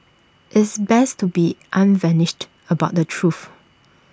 it's best to be unvarnished about the truth